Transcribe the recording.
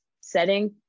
setting